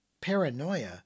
paranoia